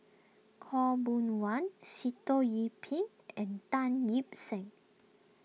Khaw Boon Wan Sitoh Yih Pin and Tan Ip Seng